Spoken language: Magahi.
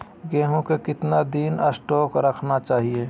गेंहू को कितना दिन स्टोक रखना चाइए?